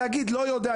להגיד: לא יודע,